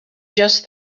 just